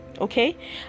okay